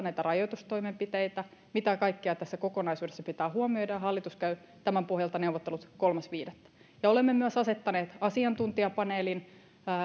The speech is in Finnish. näitä rajoitustoimenpiteitä ja mitä kaikkea tässä kokonaisuudessa pitää huomioida hallitus käy tämän pohjalta neuvottelut kolmas viidettä olemme myös asettaneet asiantuntijapaneelin